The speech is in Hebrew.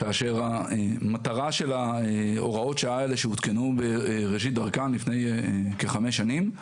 כאשר המטרה של הוראות השעה האלה שהותקנו בראשית דרכן לפני כחמש שנים,